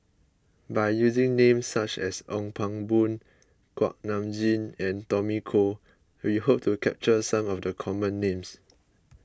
by using names such as Ong Pang Boon Kuak Nam Jin and Tommy Koh we hope to capture some of the common names